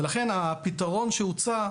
ולכן הפתרון שהוצע,